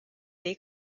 dei